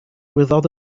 without